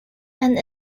and